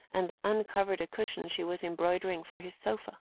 and uncovered a cushion she was embroidering for his sofa.